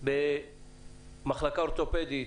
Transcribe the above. במחלקה האורתופדית